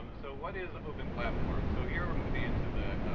um so what is open platform? so here we're moving into the